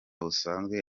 busanzwe